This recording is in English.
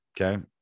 Okay